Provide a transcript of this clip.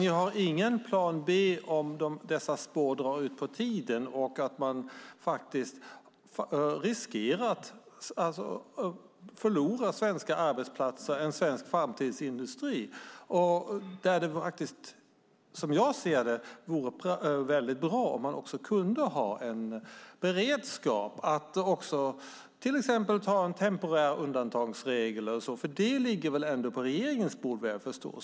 Ni har ingen plan B om dessa spår drar ut på tiden och man faktiskt riskerar att förlora svenska arbetsplatser och en svensk framtidsindustri. Där vore det faktiskt, som jag ser det, väldigt bra om man också kunde ha en beredskap för att till exempel ha en temporär undantagsregel. Det ligger väl ändå på regeringens bord, vad jag förstår.